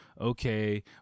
Okay